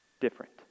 different